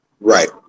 right